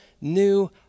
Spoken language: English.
new